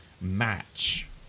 match